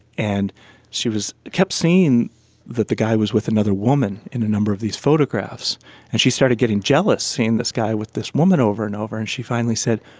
and she kept seeing that the guy was with another woman in a number of these photographs and she started getting jealous, seeing this guy with this woman over and over, and she finally said,